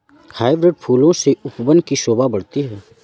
hybrid फूलों से उपवन की शोभा बढ़ती है